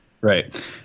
Right